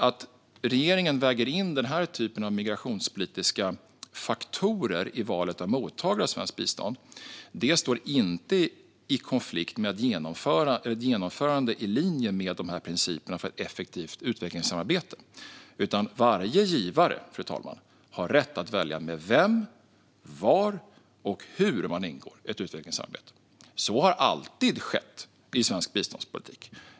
Att regeringen väger in den här typen av migrationspolitiska faktorer i valet av mottagare av svenskt bistånd står inte i konflikt med ett genomförande i linje med principerna för ett effektivt utvecklingssamarbete, utan varje givare, fru talman, har rätt att välja med vem, var och hur man inleder ett utvecklingssamarbete. Så har alltid skett i svensk biståndspolitik.